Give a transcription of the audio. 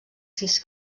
sis